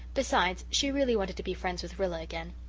besides, she really wanted to be friends with rilla again.